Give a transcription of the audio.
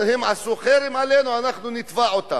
הם עשו חרם עלינו, אנחנו נתבע אותם.